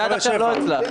כי עד עכשיו לא הצלחת.